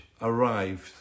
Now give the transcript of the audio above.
arrived